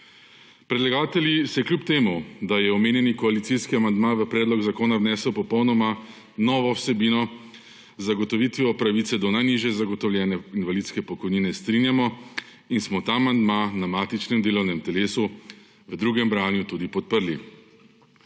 Predlagatelji se, kljub temu da je omenjeni koalicijski amandma v predlog zakona vnesel popolnoma novo vsebino, z zagotovitvijo pravice do najnižje zagotovljene invalidske pokojnine strinjamo in smo ta amandma na matičnem delovnem telesu v drugem branju tudi podprli.